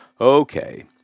Okay